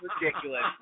ridiculous